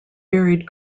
varied